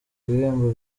ibihembo